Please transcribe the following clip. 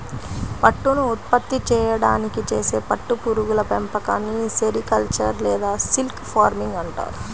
పట్టును ఉత్పత్తి చేయడానికి చేసే పట్టు పురుగుల పెంపకాన్ని సెరికల్చర్ లేదా సిల్క్ ఫార్మింగ్ అంటారు